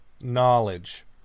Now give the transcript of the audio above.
Knowledge